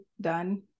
done